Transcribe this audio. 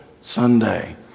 Sunday